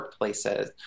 workplaces